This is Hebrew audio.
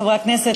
חברי הכנסת,